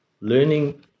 learning